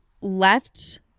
left